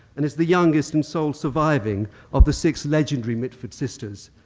and is the youngest and sole surviving of the six legendary mitford sisters.